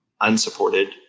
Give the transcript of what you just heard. unsupported